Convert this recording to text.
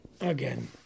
Again